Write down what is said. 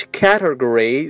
category